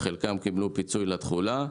חלקם קיבלו פיצוי לתכולה.